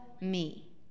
me